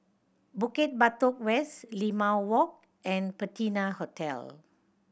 Bukit Batok West Limau Walk and Patina Hotel